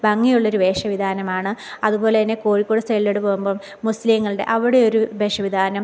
ഭംഗിയുള്ളൊരു വേഷവിധാനമാണ് അതുപോലെതന്നെ കോഴിക്കോട് സൈഡിലോട്ട് പോവുമ്പം മുസ്ലീങ്ങളുടെ അവിടെ ഒരു വേഷവിധാനം